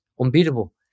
unbeatable